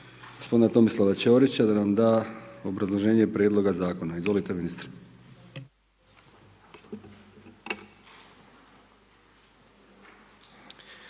gospodina Tomislava Ćorića da nam da obrazloženje prijedloga zakona, izvolite ministre.